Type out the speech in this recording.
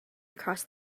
across